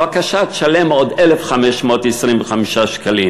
בבקשה, תשלם עוד 1,525 שקלים,